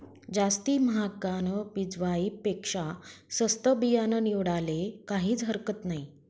जास्ती म्हागानं बिजवाई पेक्शा सस्तं बियानं निवाडाले काहीज हरकत नही